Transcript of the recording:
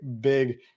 big